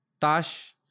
Tash